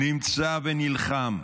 נמצא ונלחם,